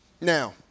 Now